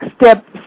step